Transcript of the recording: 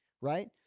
right